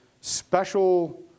special